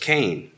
Cain